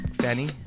fanny